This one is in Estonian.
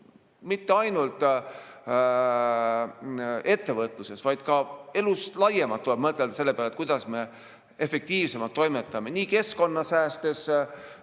mitte ainult ettevõtluses, vaid ka elus laiemalt tuleb mõtelda selle peale, kuidas me efektiivsemalt toimetame, nii keskkonda säästes